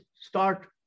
start